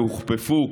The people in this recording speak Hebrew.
שהוכפפו